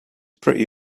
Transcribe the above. pretty